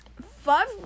five